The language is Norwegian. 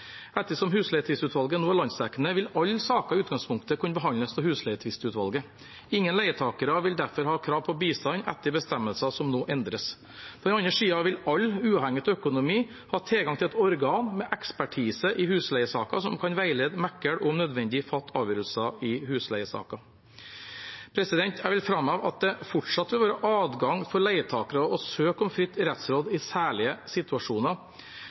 Ettersom husleietvistutvalget nå er landsdekkende vil alle saker i utgangspunktet kunne behandles av husleietvistutvalget. Ingen leietakere vil derfor ha krav på bistand etter bestemmelsene som nå endres. På den andre siden vil alle, uavhengig av økonomi, i husleiesaker ha tilgang til et organ med ekspertise som kan veilede, megle og om nødvendig fatte avgjørelser i husleiesaker. Jeg vil framheve at det fortsatt vil være adgang for leietakere å søke om fritt rettsråd i særlige situasjoner.